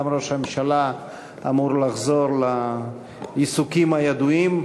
גם ראש הממשלה אמור לחזור לעיסוקים הידועים,